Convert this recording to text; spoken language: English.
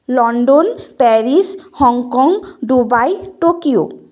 London Paris Hong Kong Dubai Tokyo